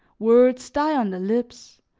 words die on the lips,